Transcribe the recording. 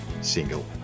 single